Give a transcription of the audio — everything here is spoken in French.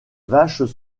vaches